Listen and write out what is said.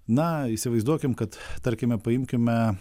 na įsivaizduokim kad tarkime paimkime